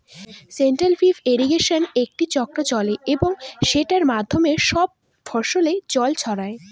central pivot ইর্রিগেশনে একটি চক্র চলে এবং সেটার মাধ্যমে সব ফসলে জল ছড়ায়